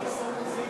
ברוך אתה ה'